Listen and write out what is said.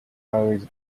always